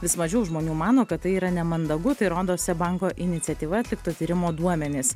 vis mažiau žmonių mano kad tai yra nemandagu tai rodo seb banko iniciatyva atlikto tyrimo duomenys